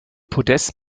podest